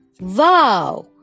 Wow